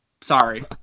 Sorry